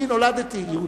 אני נולדתי יהודי.